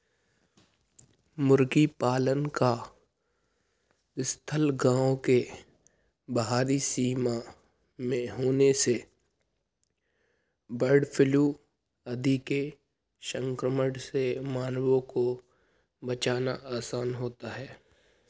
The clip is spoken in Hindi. मुर्गी पालन का स्थल गाँव के बाहरी सीमा में होने से बर्डफ्लू आदि के संक्रमण से मानवों को बचाना आसान होता है